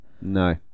no